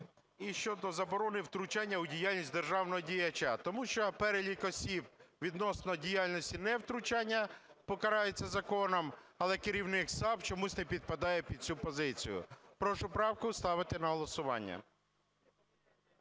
і щодо заборони втручання в діяльність державного діяча. Тому що перелік осіб відносно діяльності невтручання покарається законом, але керівник САП чомусь не підпадає під цю позицію. Прошу правку ставити на голосування.